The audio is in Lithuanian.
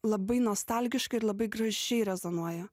labai nostalgiška ir labai gražiai rezonuoja